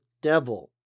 devil